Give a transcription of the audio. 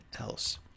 else